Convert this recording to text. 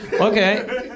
Okay